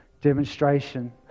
demonstration